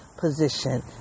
position